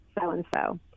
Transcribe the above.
So-and-so